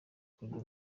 kugira